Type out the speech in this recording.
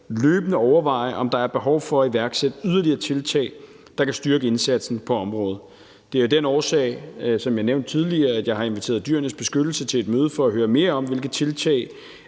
løbende overveje, om der er behov for at iværksætte yderligere tiltag, der kan styrke indsatsen på området. Det er af den årsag, som jeg nævnte tidligere, at jeg har inviteret Dyrenes Beskyttelse til et møde for at høre mere om, hvilke tiltag